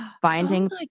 finding